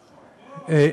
ענישה, ואנחנו,